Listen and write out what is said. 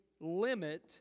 limit